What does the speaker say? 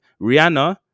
rihanna